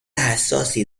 حساسی